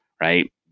right